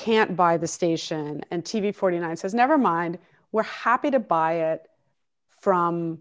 can't buy the station and t v forty nine says nevermind we're happy to buy it from